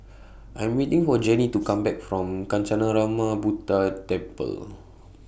I'm waiting For Jenny to Come Back from Kancanarama Buddha Temple